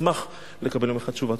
אשמח לקבל ממך תשובה.